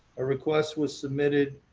a request was submitted